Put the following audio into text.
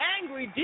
Angry